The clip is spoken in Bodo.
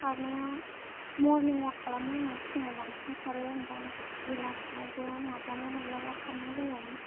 खारनाया मरनिं अवाक खालामो आङो फुङाव बांसिन खारो ओमफ्राय बेलासियावबो माब्लाबा माब्लाबा खारनाय जायो